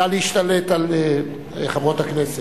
נא להשתלט על חברות הכנסת.